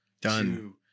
Done